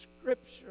scripture